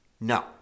No